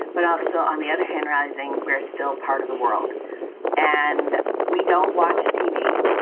but also, on the other hand, rising. we're still part of the world and we don't watch tv.